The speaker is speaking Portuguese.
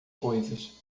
coisas